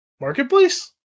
marketplace